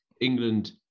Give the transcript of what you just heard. England